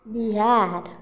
Bihar